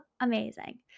amazing